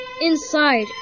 Inside